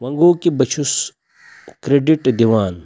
وۄنۍ گوٚو کہِ بہٕ چھُس کرٛٮ۪ڈِٹ دِوان